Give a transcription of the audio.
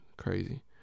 crazy